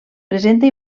presenta